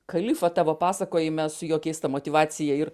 kalifą tavo pasakojime su jo keista motyvacija ir